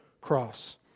cross